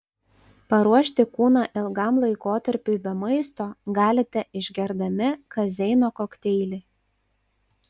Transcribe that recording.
paruošti kūną ilgam laikotarpiui be maisto galite išgerdami kazeino kokteilį